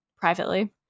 privately